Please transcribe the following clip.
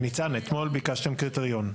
אבל ניצן, אתמול ביקשתם קריטריון.